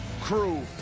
crew